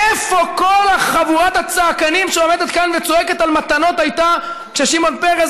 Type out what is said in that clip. איפה הייתה כל חבורת הצעקנים שעומדת כאן וצועקת על מתנות כששמעון פרס,